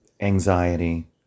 anxiety